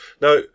Now